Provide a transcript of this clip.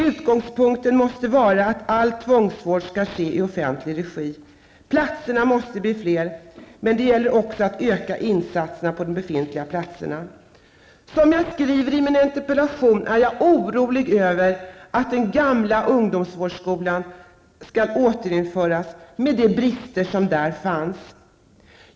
Utgångspunkten måste vara att all tvångsvård skall ske i offentlig regi. Platserna måste bli fler, men det gäller också att öka insatserna på de befintliga platserna. Som jag skrivit i min interpellation är jag orolig över att den gamla ungdomsvårdsskolan skall återinföras med de brister som där fanns.